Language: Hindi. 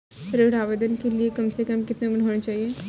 ऋण आवेदन के लिए कम से कम कितनी उम्र होनी चाहिए?